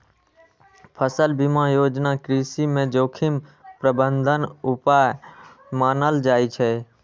फसल बीमा योजना कृषि मे जोखिम प्रबंधन उपाय मानल जाइ छै